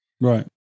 Right